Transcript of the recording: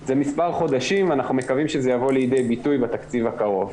זה מספר חודשים ואנחנו מקוים שזה יבוא לידי ביטוי בתקציב הקרוב.